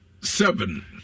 seven